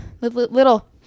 little